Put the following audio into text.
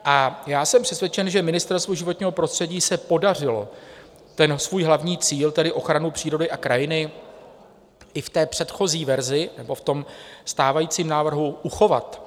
A já jsem přesvědčen, že Ministerstvu životního prostředí se podařilo ten svůj hlavní cíl, tedy ochranu přírody a krajiny, i v předchozí verzi nebo v stávajícím návrhu uchovat.